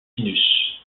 sinus